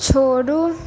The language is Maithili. छोड़ू